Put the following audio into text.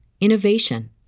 innovation